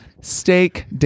Steak